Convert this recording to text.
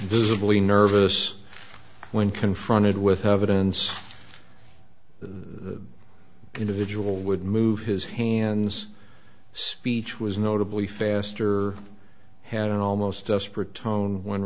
visibly nervous when confronted with evidence the individual would move his hands speech was notably faster had an almost desperate tone when